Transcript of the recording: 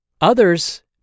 Others